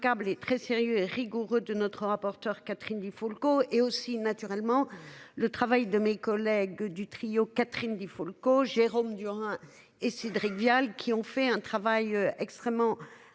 et très sérieux, rigoureux de notre rapporteur Catherine Di Folco et aussi naturellement le travail de mes collègues du trio Catherine Di Folco, Jérôme Durain et Cédric Vial qui ont fait un travail extrêmement intéressant